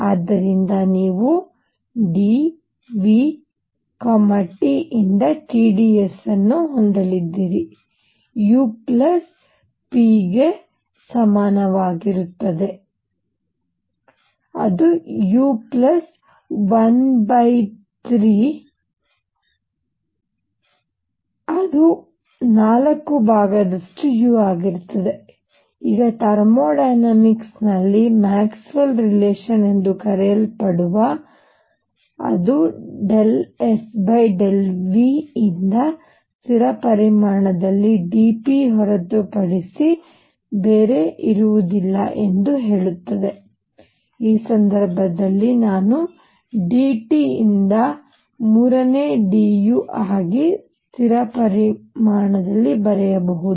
ಆದ್ದರಿಂದ ನೀವು dv t ಯಿಂದ T ds ಅನ್ನು ಹೊಂದಲಿದ್ದೀರಿ U P ಗೆ ಸಮನಾಗಿರುತ್ತದೆ ಅದು U ⅓ u ಅದು 43u ಆಗಿರುತ್ತದೆ ಈಗ ಥರ್ಮೋ ಡೈನಾಮಿಕ್ಸ್ನಲ್ಲಿ ಮ್ಯಾಕ್ಸ್ವೆಲ್ ರಿಲೇಶನ್ ಎಂದು ಕರೆಯಲ್ಪಡುವ ಅದು del S del V ಯಿಂದ ಸ್ಥಿರ ಪರಿಮಾಣದಲ್ಲಿ dp ಹೊರತುಪಡಿಸಿ ಏನೂ ಅಲ್ಲ ಎಂದು ಹೇಳುತ್ತದೆ ಈ ಸಂದರ್ಭದಲ್ಲಿ ನಾನು dt ಯಿಂದ ಮೂರನೇ du ಆಗಿ ಸ್ಥಿರ ಪರಿಮಾಣದಲ್ಲಿ ಬರೆಯಬಹುದು